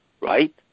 right